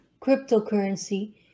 cryptocurrency